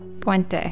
Puente